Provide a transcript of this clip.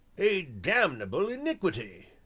a damnable iniquity,